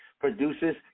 produces